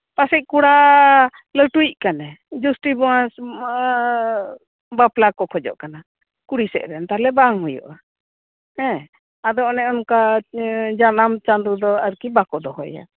ᱯᱟᱥᱮᱜ ᱠᱚᱲᱟ ᱞᱟᱴᱩᱭᱤᱜ ᱠᱟᱱᱮ ᱡᱚᱥᱴᱤ ᱢᱟᱥᱵᱟᱯᱞᱟ ᱠᱚ ᱠᱷᱚᱡᱚᱜ ᱠᱟᱱᱟ ᱠᱩᱲᱤ ᱥᱮᱜ ᱨᱮᱱ ᱛᱟᱞᱦᱮ ᱵᱟᱝ ᱦᱩᱭᱩᱜᱼᱟ ᱦᱮᱸ ᱟᱫᱚ ᱚᱱᱮ ᱚᱱᱠᱟ ᱡᱟᱱᱟᱢ ᱪᱟᱸᱫᱳ ᱫᱚ ᱟᱨᱠᱤ ᱵᱟᱠᱚ ᱫᱚᱦᱚᱭᱟ